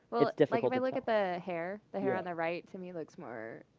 if like if i look at the hair, the hair on the right to me, it looks more